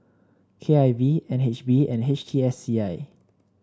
K I V N H B and H T S C I